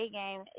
game